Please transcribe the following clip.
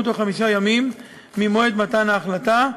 בתוך חמישה ימים ממועד מתן ההחלטה.